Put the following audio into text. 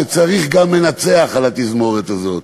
שצריך גם מנצח על התזמורת הזאת.